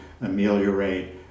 ameliorate